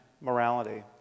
morality